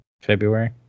February